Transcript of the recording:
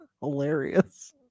hilarious